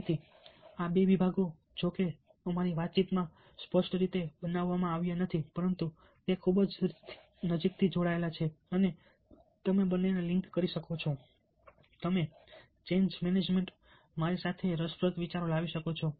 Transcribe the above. તેથી આ બે વિભાગો જો કે અમારી વાતચીતમાં સ્પષ્ટ રીતે બનાવવામાં આવ્યા નથી પરંતુ તે ખૂબ જ નજીકથી જોડાયેલા છે અને અહીં તમે બંનેને લિંક કરી શકો છો અને તમે ચેન્જ મેનેજમેન્ટ મારી સાથે રસપ્રદ વિચારો લાવી શકો છો